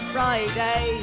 Friday